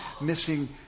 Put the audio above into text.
missing